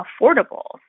affordable